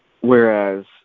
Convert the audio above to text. Whereas